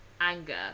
anger